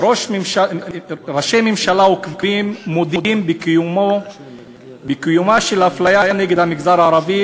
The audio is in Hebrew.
ראשי ממשלה עוקבים מודים בקיומה של אפליה נגד המגזר הערבי